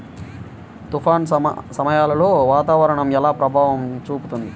తుఫాను సమయాలలో వాతావరణం ఎలా ప్రభావం చూపుతుంది?